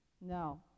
No